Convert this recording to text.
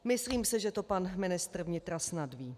Myslím si, že to pan ministr vnitra snad ví.